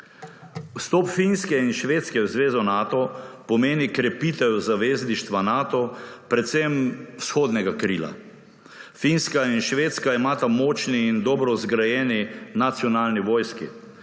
Vstop Finske in Švedske v zvezo Nato pomeni krepitev zavezništva Nato, predvsem vzhodnega krila. Finska in Švedska imata močni in dobro zgrajeni nacionalni vojski,